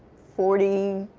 forty,